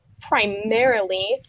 primarily